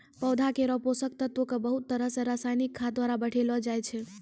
पौधा केरो पोषक तत्व क बहुत तरह सें रासायनिक खाद द्वारा बढ़ैलो जाय छै